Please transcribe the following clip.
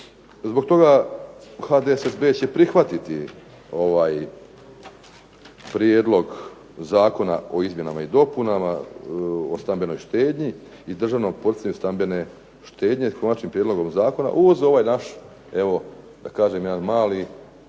Zbog toga HDSSB će prihvatiti ovaj prijedlog Zakona o izmjenama i dopunama o stambenoj štednji i državnom poticanju stambene štednje s Konačnim prijedlogom zakona uz ovaj naš evo da kažem jedan mali